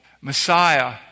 Messiah